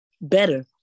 better